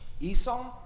Esau